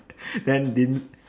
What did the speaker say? then didn't